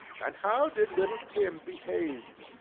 and how did little tim behave?